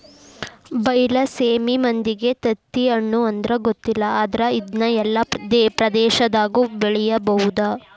ಬೈಲಸೇಮಿ ಮಂದಿಗೆ ತತ್ತಿಹಣ್ಣು ಅಂದ್ರ ಗೊತ್ತಿಲ್ಲ ಆದ್ರ ಇದ್ನಾ ಎಲ್ಲಾ ಪ್ರದೇಶದಾಗು ಬೆಳಿಬಹುದ